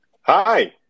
Hi